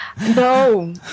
No